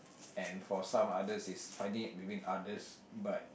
and for some other it's finding it within others but